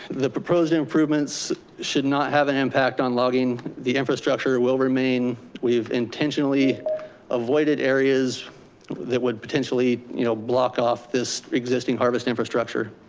the proposed improvements should not have an impact on logging. the infrastructure will remain, we've intentionally avoided areas that would potentially, you know, block off this existing harvest infrastructure.